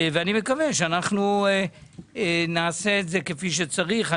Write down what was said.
אני מקווה שנעשה את זה כפי שצריך.